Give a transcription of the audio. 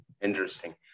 interesting